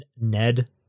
Ned